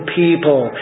people